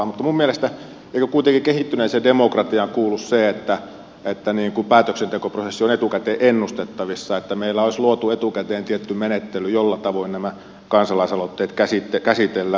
mutta eikö kuitenkin kehittyneeseen demokratiaan kuulu se että päätöksentekoprosessi on etukäteen ennustettavissa ja että meillä olisi luotu etukäteen tietty menettely jolla tavoin nämä kansalaisaloitteet käsitellään